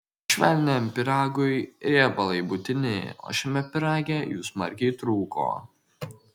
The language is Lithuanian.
švelniam pyragui riebalai būtini o šiame pyrage jų smarkiai trūko